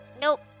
nope